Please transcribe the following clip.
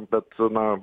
bet na